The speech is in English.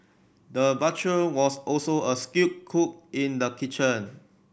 the butcher was also a skilled cook in the kitchen